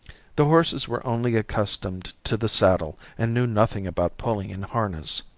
the horses were only accustomed to the saddle and knew nothing about pulling in harness.